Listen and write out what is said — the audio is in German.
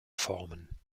formen